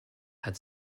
had